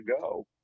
go